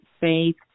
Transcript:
faith